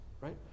right